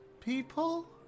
people